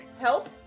help